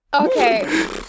Okay